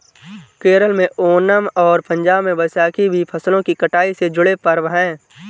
केरल में ओनम और पंजाब में बैसाखी भी फसलों की कटाई से जुड़े पर्व हैं